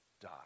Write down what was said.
die